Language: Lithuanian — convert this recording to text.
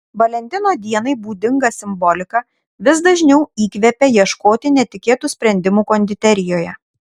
valentino dienai būdinga simbolika vis dažniau įkvepia ieškoti netikėtų sprendimų konditerijoje